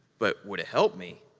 but would it help me?